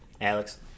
Alex